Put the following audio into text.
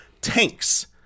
tanks